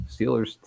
Steelers